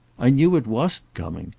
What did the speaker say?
i knew it wasn't coming.